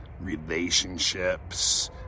relationships